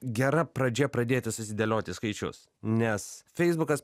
gera pradžia pradėti susidėlioti skaičius nes feisbukas